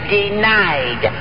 denied